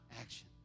action